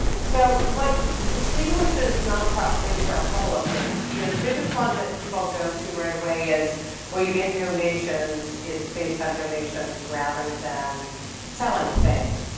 so what distinguishes nonprofit news are a couple of things. yeah the biggest one that people go to right away is well you get donations. it's based on donations rather than selling things.